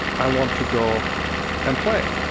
i want to go and play,